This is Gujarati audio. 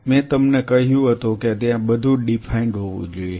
મેં તમને કહ્યું હતું કે ત્યાં બધું ડીફાઈન્ડ હોવું જોઈએ